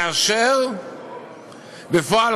כאשר בפועל,